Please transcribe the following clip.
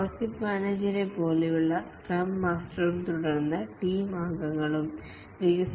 അതുപോലെ പ്രോജക്ട് മാനേജരെപ്പോലെയുള്ള സ്ക്രം മാസ്റ്ററും ടീം അംഗങ്ങളും റോൾസിൽ ഉൾപ്പെടുന്നു